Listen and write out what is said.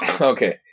Okay